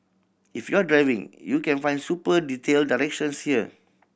if you're driving you can find super detailed directions here